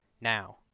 now